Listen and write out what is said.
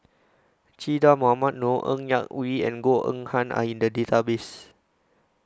Che Dah Mohamed Noor Ng Yak Whee and Goh Eng Han Are in The Database